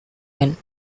and